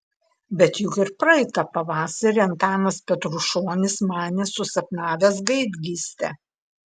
bet juk ir praeitą pavasarį antanas petrušonis manė susapnavęs gaidgystę